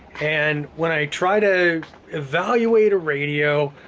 and when i try to evaluate a radio,